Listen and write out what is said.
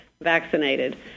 vaccinated